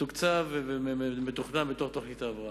זה מתוקצב ומתוכנן בתוך תוכנית ההבראה.